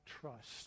trust